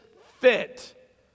fit